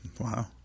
Wow